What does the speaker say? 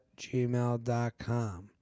gmail.com